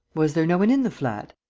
was there no one in the flat?